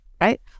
right